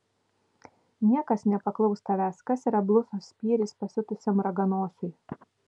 niekas nepaklaus tavęs kas yra blusos spyris pasiutusiam raganosiui